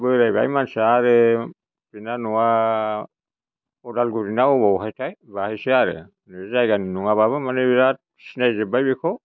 बोरायबाय मानसिया आरो बिना न'आ अदालगुरिना अबावहायथाय बाहायसो आरो जायगानि नङाबाबो माने बिराद सिनाय जोब्बाय बिखौ